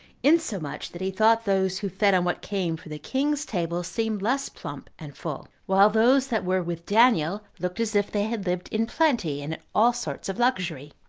insomuch that he thought those who fed on what came from the king's table seemed less plump and full, while those that were with daniel looked as if they had lived in plenty, and in all sorts of luxury.